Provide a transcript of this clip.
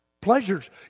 Pleasures